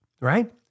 right